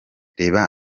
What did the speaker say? reba